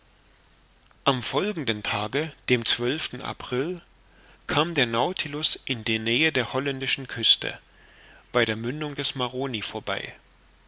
am folgenden tage dem april kam der nautilus in die nähe der holländischen küste bei der mündung des maroni vorbei